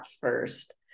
first